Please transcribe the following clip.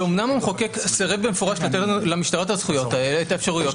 ואומנם המחוקק סירב במפורש לתת למשטרה את האפשרויות האלה,